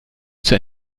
zur